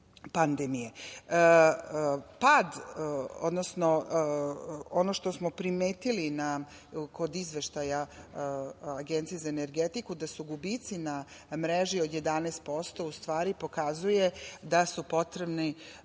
pandemije. Pad, odnosno ono što smo primetili kod Izveštaja Agencije za energetiku da su gubici na mreži od 11%, u stvari, pokazuje da su potrebne